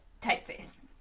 typeface